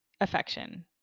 affection